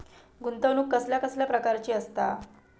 गुंतवणूक कसल्या कसल्या प्रकाराची असता?